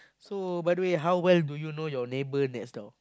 so by the way how well do you know your neighbor next door